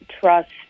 trust